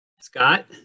Scott